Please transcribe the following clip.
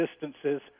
distances